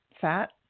fat